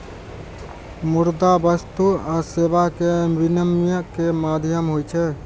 मुद्रा वस्तु आ सेवा के विनिमय के माध्यम होइ छै